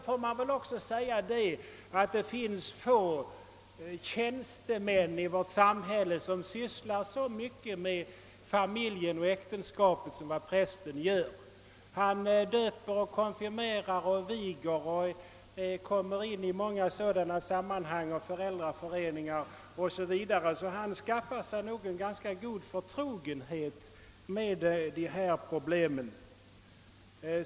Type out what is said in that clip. För övrigt finns det väl få tjänstemän i vårt samhälle som så mycket syss lar med familjen och äktenskapet som prästen. Han döper, konfirmerar och viger och kommer in i många sammanhang som berör familjen, t.ex. föräldraföreningar, varför han skaffar sig en ganska god förtrogenhet med de här problemen.